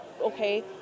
okay